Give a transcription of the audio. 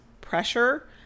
pressure